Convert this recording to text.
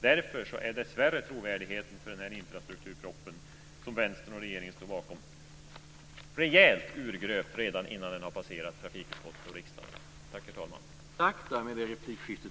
Därför är dessvärre trovärdigheten för denna infrastruktuproposition, som Vänstern och regeringen står bakom, rejält urgröpt redan innan den har passerat trafikutskottet och riksdagen.